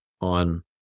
on